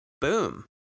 Boom